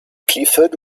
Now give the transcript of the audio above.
clifford